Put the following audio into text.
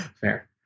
Fair